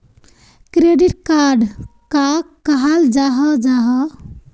Credit card कहाक कहाल जाहा जाहा?